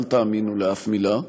אל תאמינו לאף מילה,